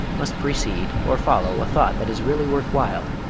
must precede or follow a thought that is really worth while,